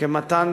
כמתן